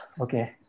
okay